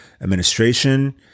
administration